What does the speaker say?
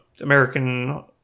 American